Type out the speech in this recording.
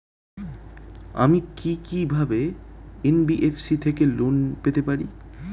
আমি কি কিভাবে এন.বি.এফ.সি থেকে লোন পেতে পারি?